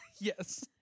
Yes